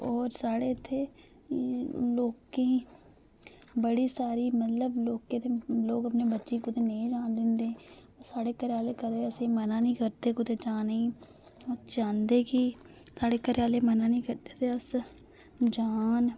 और साढ़े इत्थै लोकें गी बड़ी सारी मतलब लोकें गी लोक अपने बच्चें गी कुतै नेईं जान दिंदे साढ़े घरे आहले कदें असेंगी मना नेईं करदे कुतै जाने गी अस चांहदे गी साढ़े घरे आहले मना नेईं करदे ते अस जान